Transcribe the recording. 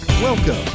Welcome